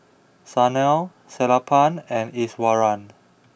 Sanal Sellapan and Iswaran